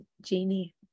genie